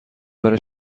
برای